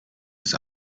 ist